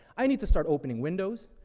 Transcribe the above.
i need to start opening windows,